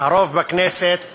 הרוב בכנסת